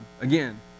again